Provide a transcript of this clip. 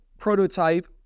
prototype